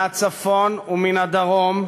מהצפון ומהדרום,